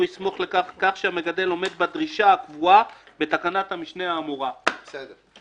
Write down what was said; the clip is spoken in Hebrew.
הסמיכו לכך כי המגדל עומד בדרישות הקבועות בתקנת המשנה האמורה." בסדר.